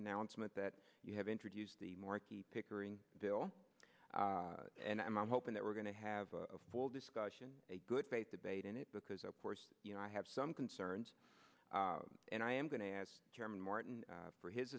announcement that you have introduced the marquis pickering bill and i'm hoping that we're going to have a full discussion a good faith debate in it because of course you know i have some concerns and i am going to as chairman martin for his